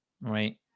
right